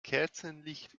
kerzenlicht